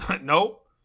Nope